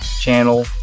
channel